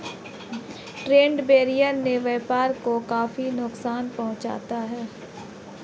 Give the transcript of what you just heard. trade barrier से व्यापार को काफी नुकसान पहुंचता है